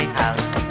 house